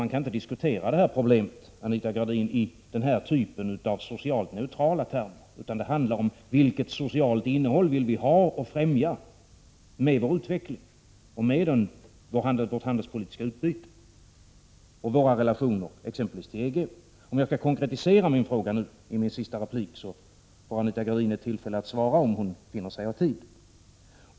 Man kan inte diskutera problemet, Anita Gradin, i den typen av socialt neutrala termer, utan det handlar om vilket socialt innehåll vi vill ha och främja med vår utveckling, med vårt handelsutbyte och med våra relationer till exempelvis EG. Jag skall nu konkretisera min fråga i min sista replik. Anita Gradin har tillfälle att svara om hon finner sig ha tid.